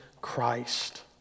Christ